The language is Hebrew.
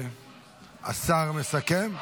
השר מסכם?